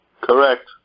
Correct